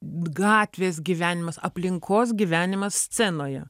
gatvės gyvenimas aplinkos gyvenimas scenoje